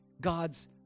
God's